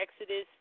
Exodus